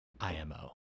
IMO